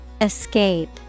Escape